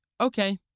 Okay